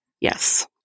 Yes